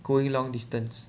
going long distance